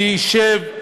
אני אשב,